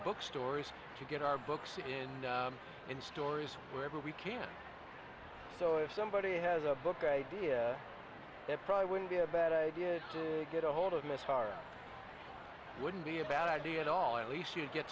book stores to get our books and in stores wherever we can so if somebody has a book idea that probably wouldn't be a bad idea to get a hold of my star wouldn't be a bad idea at all at least you get